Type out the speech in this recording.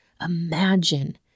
Imagine